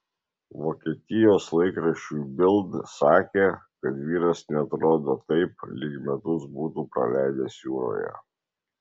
vokietijos laikraščiui bild sakė kad vyras neatrodo taip lyg metus būtų praleidęs jūroje